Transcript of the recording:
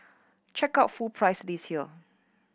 check out full price list here